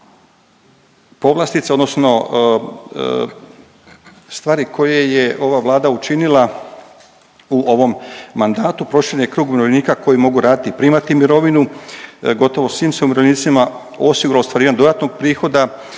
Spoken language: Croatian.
u ovom mandatu. Proširen je krug umirovljenika koji mogu raditi i primati mirovinu. Gotovo svim se umirovljenicima osiguralo ostvarivanje dodatnog prihoda,